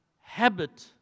habit